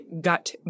gut